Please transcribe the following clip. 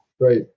right